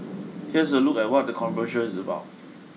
here's a look at what the conversion is about